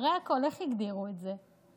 אחרי הכול, איך הגדירו את זה?